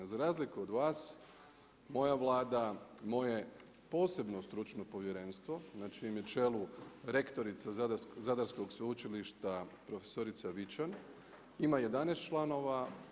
Za razliku od vas, moja Vlada moje posebno stručno povjerenstvo na čijem je čelu rektorica Zadarskog sveučilišta profesorica Vičan, ima 11 članova.